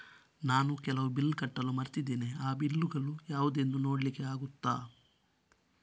ನಾನು ಕೆಲವು ಬಿಲ್ ಕಟ್ಟಲು ಮರ್ತಿದ್ದೇನೆ, ಆ ಬಿಲ್ಲುಗಳು ಯಾವುದೆಂದು ನೋಡ್ಲಿಕ್ಕೆ ಆಗುತ್ತಾ?